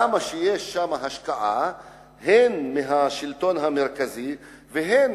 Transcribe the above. שם יש השקעה הן מהשלטון המרכזי והן